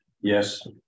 yes